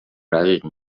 رقیق